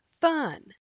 fun